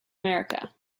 america